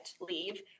leave